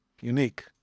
unique